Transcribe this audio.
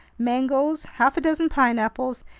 mangoes, half a dozen pineapples,